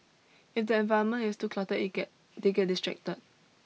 if the environment is too cluttered it get they get distracted